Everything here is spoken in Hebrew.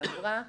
שעברה.